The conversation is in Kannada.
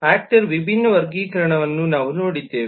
ಆಕ್ಟರ್ನ ವಿಭಿನ್ನ ವರ್ಗೀಕರಣವನ್ನು ನಾವು ನೋಡಿದ್ದೇವೆ